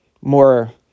more